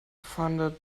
funded